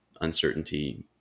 uncertainty